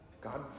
God